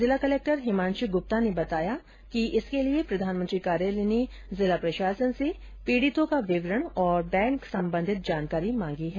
जिला कलक्टर हिमांश ग्रप्ता ने बताया कि इसके लिए प्रधानमंत्री कार्यालय ने जिला प्रशासन से पीड़ितों का विवरण और बैंक संबंधित जानकारी मांगी है